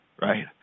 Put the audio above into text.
right